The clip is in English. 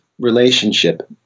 relationship